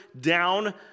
down